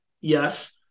Yes